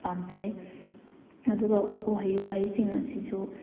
ꯄꯥꯝꯖꯩ ꯑꯗꯨꯒ ꯎꯍꯩ ꯋꯥꯍꯩꯁꯤꯡ ꯑꯁꯤꯁꯨ